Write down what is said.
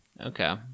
Okay